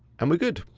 and we're good.